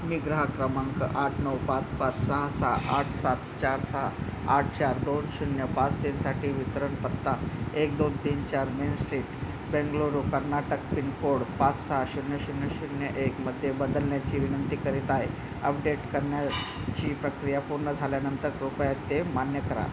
मी ग्राहक क्रमांक आठ नऊ पाच पाच सहा सहा आठ सात चार सहा आठ चार दोन शून्य पाच तीनसाठी वितरणपत्ता एक दोन तीन चार main street Bengaluru Karnataka pin code पाच सहा शून्य शून्य शून्य एकमध्ये बदलण्याची विनंती करत आहे अपडेट करण्याची प्रक्रिया पूर्ण झाल्यानंतर कृपया ते मान्य करा